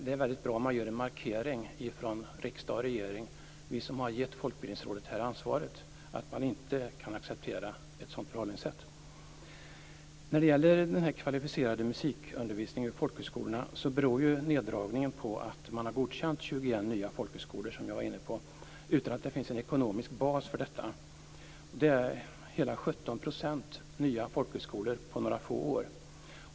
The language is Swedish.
Det är bra om riksdag och regering, som har gett Folkbildningsrådet ansvaret, gör en markering att ett sådant förhållningssätt inte accepteras. Neddragningen av den kvalificerade musikundervisningen på folkhögskolorna beror på att man har godkänt 21 nya folkhögskolor utan att det finns en ekonomisk bas för detta. Det är 17 % nya folkhögskolor på bara några få år.